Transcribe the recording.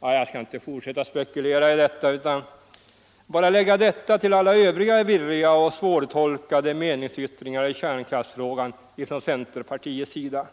Jag skall inte fortsätta att spekulera i detta utan bara lägga det till alla övriga virriga och svårtolkade meningsyttringar i kärnkraftsfrågan från centerpartiets sida.